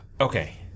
Okay